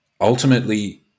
ultimately